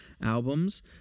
albums